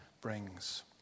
brings